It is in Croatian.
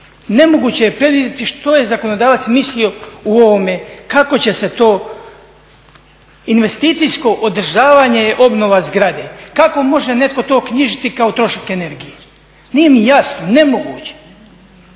nemoguće je predvidjeti što je zakonodavac mislio u ovome, kako će se to, investicijsko održavanje je obnova zgrade. Kako može netko to knjižiti kao trošak energije? Nije mi jasno, nemoguće.